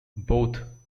both